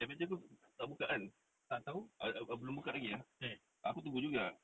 adventure cove tak buka kan ah ah belum buka lagi ah aku tunggu juga